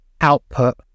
output